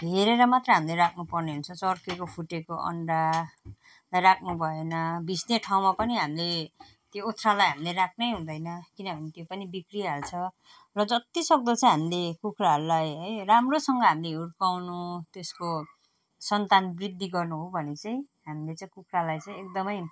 हेरेर मात्र हामीले राख्नु पर्ने हुन्छ चर्केको फुटेको अन्डा राख्नु भएन भिज्ने ठाउँमा पनि हामीले त्यो ओथ्रालाई हामीले राख्नु हुँदैन किनभने त्यो पनि बिग्रिहाल्छ र जतिसक्दो चाहिँ हामीले कुखुराहरूलाई है राम्रोसँग हामीले हुर्काउनु त्यसको सन्तान वृद्धि गर्नु हो भने चाहिँ हामीले चाहिँ कुखुरालाई चाहिँ एकदम